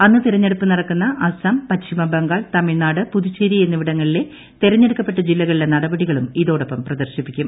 അന്ന് തിരഞ്ഞെടുപ്പ് നടക്കുന്ന അസം പശ്ചിമ ബംഗാൾ തമിഴ്നാട് പുതുച്ചേരി എന്നിവിടങ്ങളിലെ തിരഞ്ഞെടുക്കപ്പെട്ട ജില്ലകളിലെ നടപടികളും ഇതോടൊപ്പം പ്രദർശിപ്പിക്കും